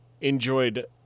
enjoyed